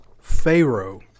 Pharaoh